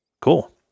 Cool